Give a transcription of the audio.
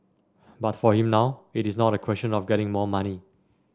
but for him now it is not a question of getting more money